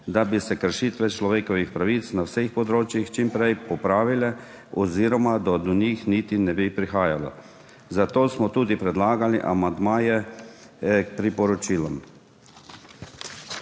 da bi se kršitve človekovih pravic na vseh področjih čim prej popravile oziroma do njih niti ne bi prihajalo, zato smo tudi predlagali amandmaje k priporočilom.